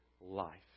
life